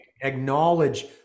acknowledge